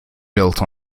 built